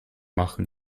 machen